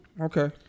okay